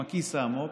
עם הכיס העמוק,